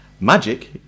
Magic